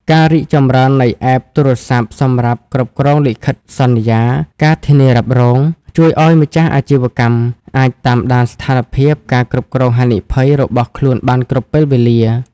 ការរីកចម្រើននៃ App ទូរស័ព្ទសម្រាប់គ្រប់គ្រងលិខិតសន្យា ការធានារ៉ាប់រង ជួយឱ្យម្ចាស់អាជីវកម្មអាចតាមដានស្ថានភាព ការគ្រប់គ្រងហានិភ័យ របស់ខ្លួនបានគ្រប់ពេលវេលា។